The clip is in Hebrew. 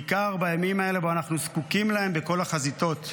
בעיקר בימים האלה שבהם אנחנו זקוקים להם בכל החזיתות.